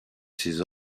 ses